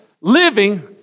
living